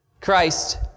Christ